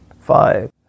Five